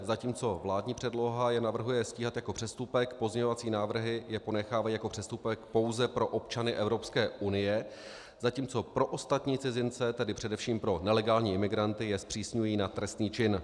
Zatímco vládní předloha je navrhuje stíhat jako přestupek, pozměňovací návrhy je ponechávají jako přestupek pouze pro občany Evropské unie, zatímco pro ostatní cizince, tedy především pro nelegální imigranty, je zpřísňují na trestný čin.